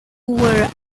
were